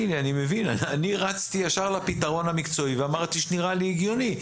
אני רצתי ישר לפתרון המקצועי ואמרתי שנראה לי הגיוני,